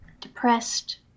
depressed